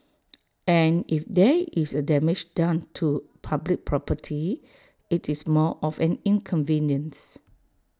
and if there is A damage done to public property IT is more of an inconvenience